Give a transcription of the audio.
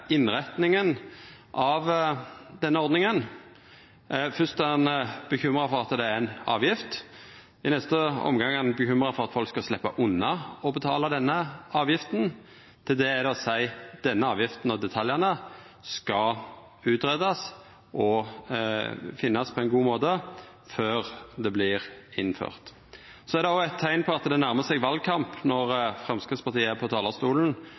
innretninga av denne ordninga. Først er han bekymra fordi det er ei avgift. I neste omgang er han bekymra for at folk skal sleppa unna å betala denne avgifta. Til det er det å seia: Denne avgifta og detaljane skal utgreiast, og ein skal finne fram til ein god måte å innrette det på før det vert innført. Det er òg eit teikn på at det nærmar seg valkamp, når Framstegspartiet er på talarstolen